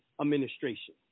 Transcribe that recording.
Administration